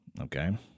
Okay